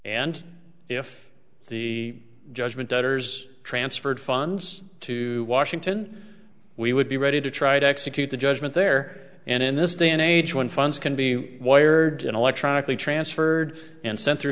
and if the judgment debtors transferred funds to washington we would be ready to try to execute the judgment there and in this day and age when funds can be wired electronically transferred and sen